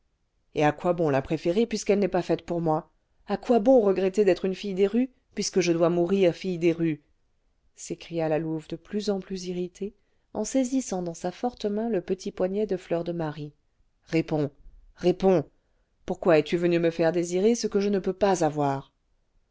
et à quoi bon la préférer puisqu'elle n'est pas faite pour moi à quoi bon regretter d'être une fille des rues puisque je dois mourir fille des rues s'écria la louve de plus en plus irritée en saisissant dans sa forte main le petit poignet de fleur de marie réponds réponds pourquoi es-tu venue me faire désirer ce que je ne peux pas avoir